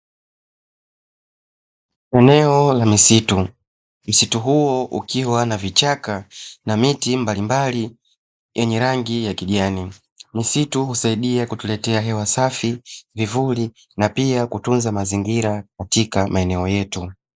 Eneo la misitu, msitu huu ukiwa na vichaka na miti mbalimbali yenye rangi ya kijani, misitu hutusaidia kutuletea hewa safi, vivuli na pia kutunza mazingira katika maeneo yetu.